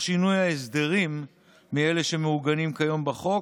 שינוי ההסדרים מאלה שמעוגנים כיום בחוק.